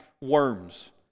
worms